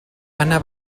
anna